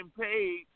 paid